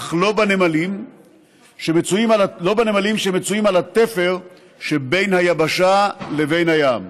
אך לא בנמלים שמצויים על התפר שבין היבשה לבין הים.